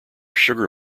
sugar